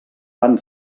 van